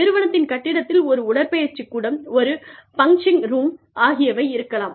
நிறுவனத்தின் கட்டிடத்தில் ஒரு உடற்பயிற்சி கூடம் ஒரு பஞ்சிங்க் ரூம் ஆகியவை இருக்கலாம்